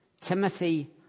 Timothy